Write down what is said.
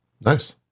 Nice